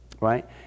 right